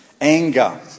Anger